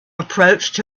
approached